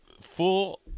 full